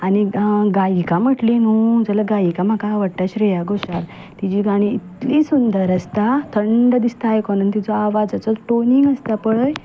आनी गायिका म्हटली न्हू जाल्या गायिका म्हाका आवडटा श्रेया गोशाल तिजी गाणी इतली सुंदर आसता थंड दिसता आयकून तिजो आवाज तो टोनींग आसता पळय